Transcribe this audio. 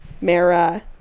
Mara